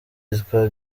yitwa